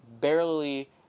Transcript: barely